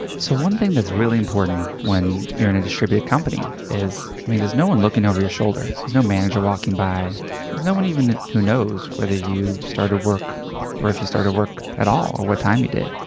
so one thing that's really important when you're and a distributed company is there's no one looking over your shoulder. there's no manager walking by. there's no one even who knows whether you started work or if you started work at all, or what time you did.